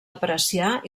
apreciar